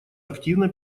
активной